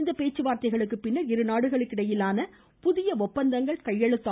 இந்த பேச்சுவார்த்தைகளுக்கு பின்னர் இரு நாடுகளுக்கு இடையிலான புதிய ஒப்பந்தங்கள் கையெழுத்தாக உள்ளன